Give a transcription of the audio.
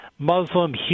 Muslim